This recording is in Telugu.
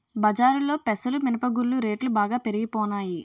బజారులో పెసలు మినప గుళ్ళు రేట్లు బాగా పెరిగిపోనాయి